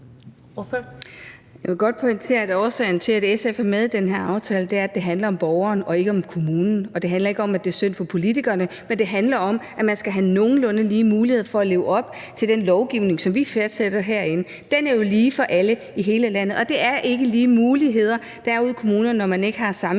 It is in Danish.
Jeg vil godt pointere, at årsagen til, at SF er med i den her aftale, er, at det handler om borgeren og ikke om kommunen. Det handler ikke om, at det er synd for politikerne, men det handler om, at man skal have nogenlunde lige muligheder for at leve op til den lovgivning, som vi fastsætter herinde. Den er jo lige for alle i hele landet. Og der er ikke lige muligheder derude i kommunerne, når man ikke har samme